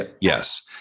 yes